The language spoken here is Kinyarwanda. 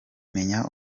menya